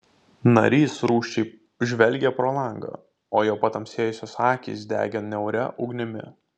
narys rūsčiai žvelgė pro langą o jo patamsėjusios akys degė niauria ugnimi